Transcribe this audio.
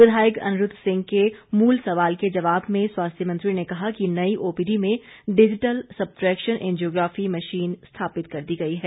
विधायक अनिरूद्व सिंह के मूल सवाल के जवाब में स्वास्थ्य मंत्री ने कहा कि नई ओपीडी में डिजीटल सबट्रेक्शन एंजियोग्राफी मशीन स्थापित कर दी गई है